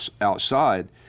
outside